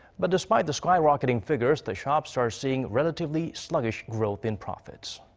but despite the skyrocketing figures, the shops are seeing relatively sluggish growth in profits.